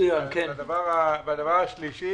והדבר השלישי,